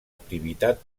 activitat